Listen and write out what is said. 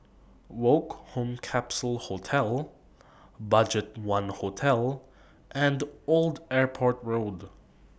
Woke Home Capsule Hostel BudgetOne Hotel and Old Airport Road